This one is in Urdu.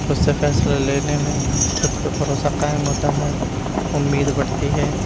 خود سے فیصلے لینے میں خود پہ بھروسہ قائم ہوتا ہے امید بڑھتی ہے